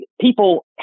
people